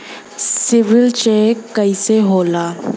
CIBIL check कइसे होला?